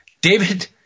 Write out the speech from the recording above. David